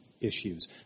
issues